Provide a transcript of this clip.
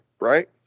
right